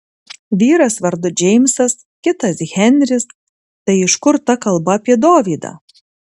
vyras vardu džeimsas kitas henris tai iš kur ta kalba apie dovydą